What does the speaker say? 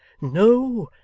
no,